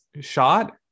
shot